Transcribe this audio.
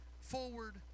forward